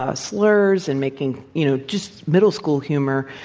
ah slurs, and making you know, just middle school humor.